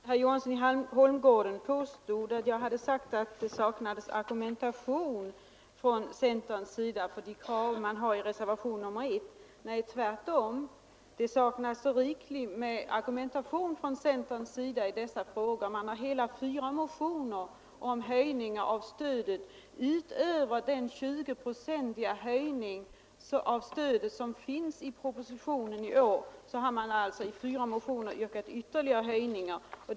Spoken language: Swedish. Herr talman! Herr Johansson i Holmgården påstod att jag sagt att det saknades argumentation från centerns sida för reservationen 1. Tvärtom, det finns riklig argumentation — man har hela fyra motioner om höjningar av stödet. Utöver den 20-procentiga höjning av Norrlandsstödet som föreslås i propositionen i år har man alltså i fyra motioner yrkat ytterligare höjningar.